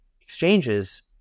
exchanges